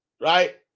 Right